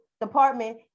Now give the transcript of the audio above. department